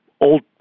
old